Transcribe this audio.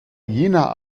jener